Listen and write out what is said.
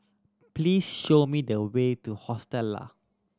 please show me the way to Hostel Lah